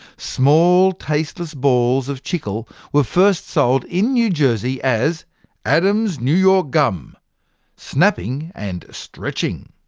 small tasteless balls of chicle were first sold in new jersey as adams new york gum snapping and stretching.